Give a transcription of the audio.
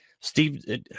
Steve